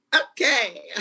Okay